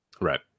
Right